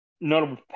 notable